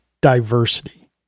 diversity